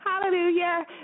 Hallelujah